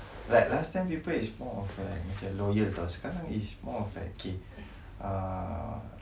like last time people is more of a macam loyal [tau] sekarang is more of K ah